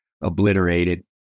obliterated